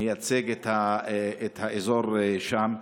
שמייצג את האזור שם.